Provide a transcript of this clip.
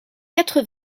quatre